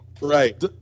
Right